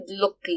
look